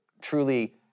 truly